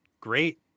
great